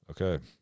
Okay